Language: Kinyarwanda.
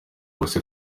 voice